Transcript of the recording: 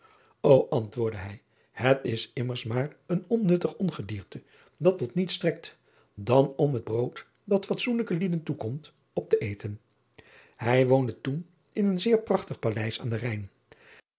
ntwoordde hij het is immers maar een onnuttig ongedier driaan oosjes zn et leven van aurits ijnslager te dat tot niets strekt dan om het brood dat fatsoenlijke lieden toekomt op te eten ij woonde toen in een zeer prachtig paleis aan den ijn